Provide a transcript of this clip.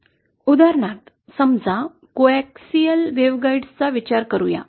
उदाहरणार्थ समजा coaxial waveguides चा विचार करूया